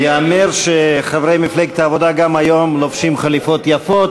וייאמר שחברי מפלגת העבודה גם היום לובשים חליפות יפות.